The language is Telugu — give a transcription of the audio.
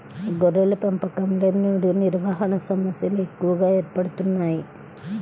గొర్రెల పెంపకంలో నేడు నిర్వహణ సమస్యలు ఎక్కువగా ఏర్పడుతున్నాయి